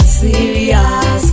serious